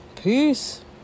peace